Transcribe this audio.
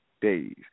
days